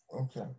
Okay